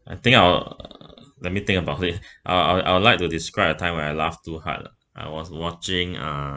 I think I'll let me think about it uh I I would like to describe a time I laughed too hard I was watching uh